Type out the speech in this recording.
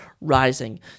rising